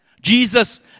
Jesus